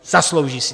Zaslouží si.